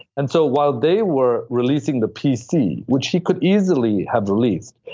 and so, while they were releasing the pc, which he could easily have released,